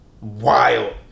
Wild